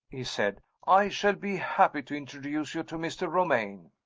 he said i shall be happy to introduce you to mr. romayne.